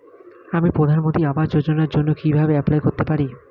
আমি প্রধানমন্ত্রী আবাস যোজনার জন্য কিভাবে এপ্লাই করতে পারি?